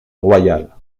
royale